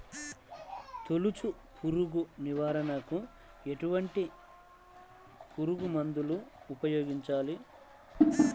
తొలుచు పురుగు నివారణకు ఎటువంటి పురుగుమందులు ఉపయోగించాలి?